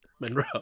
Monroe